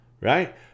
Right